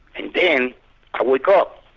and then i woke up,